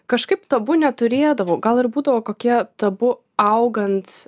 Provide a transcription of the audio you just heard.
kažkaip tabu neturėdavau gal ir būdavo kokie tabu augant